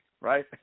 right